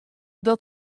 dat